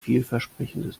vielversprechendes